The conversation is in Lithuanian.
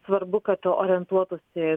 svarbu kad orientuotųsi